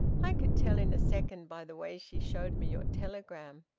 i could tell in a second by the way she showed me your telegram.